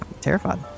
terrified